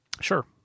Sure